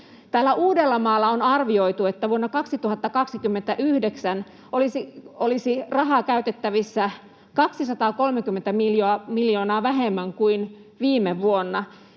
Täällä Uudellamaalla on arvioitu, että vuonna 2029 olisi rahaa käytettävissä 230 miljoonaa vähemmän kuin viime vuonna,